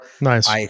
Nice